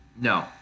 No